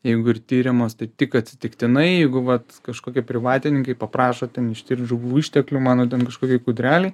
jeigu ir tiriamos tai tik atsitiktinai jeigu vat kažkokie privatininkai paprašo ten ištirt žuvų išteklių mano ten kažkokioj kūdrelėj